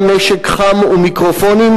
גם נשק חם ומיקרופונים,